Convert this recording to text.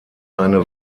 eine